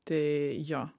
tai jo